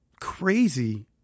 crazy